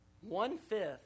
One-fifth